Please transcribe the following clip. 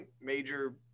major